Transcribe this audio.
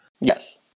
Yes